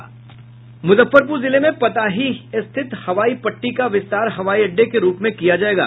मुजफ्फरपुर जिले में पताही स्थित हवाई पट्टी का विस्तार हवाई अड्डे के रूप में किया जायेगा